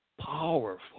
powerful